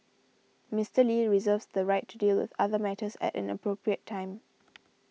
Mister Lee reserves the right to deal with other matters at an appropriate time